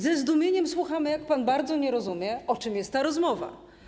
Ze zdumieniem słuchamy, jak bardzo pan nie rozumie, o czym jest ta rozmowa.